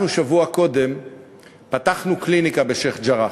אנחנו שבוע קודם פתחנו קליניקה בשיח'-ג'ראח.